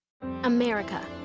America